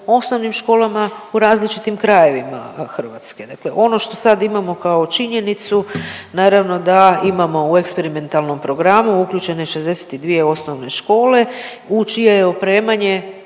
osnovnim školama u različitim krajevima Hrvatske. Dakle ono što sad imamo kao činjenicu naravno da imamo u eksperimentalnom programu uključene 62 osnovne škole u čije je opremanje,